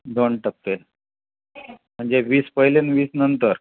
दोन टप्पे म्हणजे वीस पहिले न वीस नंतर